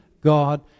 God